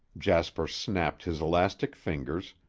jasper snapped his elastic fingers,